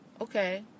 Okay